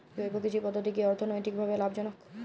জৈব কৃষি পদ্ধতি কি অর্থনৈতিকভাবে লাভজনক?